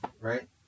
right